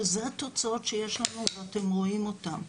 שזה התוצאות שיש לנו ואתם רואים אותם.